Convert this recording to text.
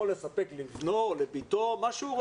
יכול לספק לבנו או לבתו מה שהוא רוצה.